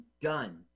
done